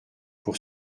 pour